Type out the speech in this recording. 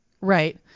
Right